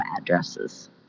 addresses